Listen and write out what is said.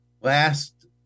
last